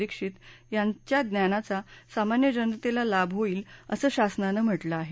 दीक्षित यांच्या ज्ञानाचा सामान्य जनतेला लाभ होईल असं शासनानं म्हटलं आहे